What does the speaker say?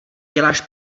děláš